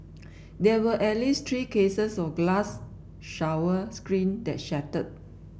there were at least three cases of glass shower screen that shattered